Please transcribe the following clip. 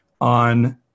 on